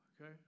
Okay